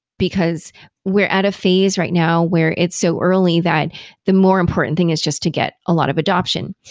because we're out of phase right now where it's so early, that the more important thing is just to get a lot of adoption.